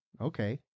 Okay